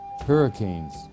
hurricanes